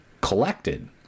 collected